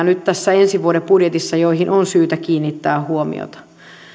nyt tässä ensi vuoden budjetissa on sellaisia ongelmia joihin on syytä kiinnittää huomiota